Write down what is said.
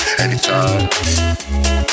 anytime